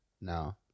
No